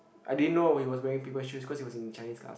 I didn't know he was wearing paper shoes because he was in chinese class